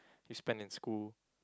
you spend in school